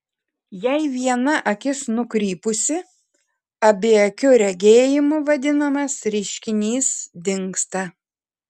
jei viena akis nukrypusi abiakiu regėjimu vadinamas reiškinys dingsta